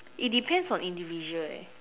it depends on individual eh